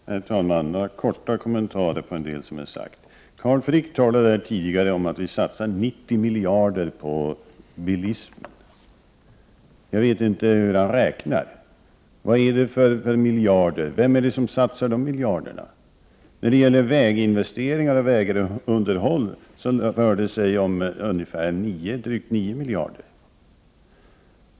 Herr talman! Jag vill göra några korta kommentarer till en del av det som har sagts. Carl Frick talade om att det satsas 90 miljarder på bilismen. Jag vet inte hur han räknar. Vad är det för miljarder? Vem satsar dem? När det gäller väginvesteringar och vägunderhåll rör det sig om drygt 9 miljarder.